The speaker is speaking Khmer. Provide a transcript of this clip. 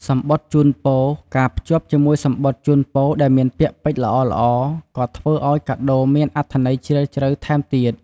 សំបុត្រជូនពរ ការភ្ជាប់ជាមួយសំបុត្រជូនពរដែលមានពាក្យពេចន៍ល្អៗ ក៏ធ្វើឲ្យកាដូមានអត្ថន័យជ្រាលជ្រៅថែមទៀត។